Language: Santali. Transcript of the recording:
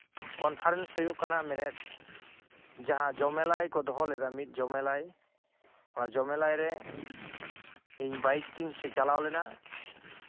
ᱠᱚᱱᱯᱷᱟᱨᱮᱱᱥ ᱦᱩᱭᱩᱜ ᱠᱟᱱᱟ ᱢᱮᱱᱮᱫ ᱡᱟᱦᱟᱸ ᱡᱚᱢᱮᱞᱟᱭ ᱠᱚ ᱫᱚᱦᱚ ᱞᱮᱫᱟ ᱢᱤᱫ ᱡᱚᱢᱮᱞᱟᱭ ᱚᱱᱟ ᱡᱚᱢᱮᱞᱟᱭ ᱨᱮ ᱤᱧ ᱵᱟᱭᱤᱠ ᱛᱤᱧ ᱪᱟᱞᱟᱣ ᱞᱮᱱᱟ